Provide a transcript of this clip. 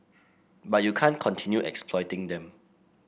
but you can't continue exploiting them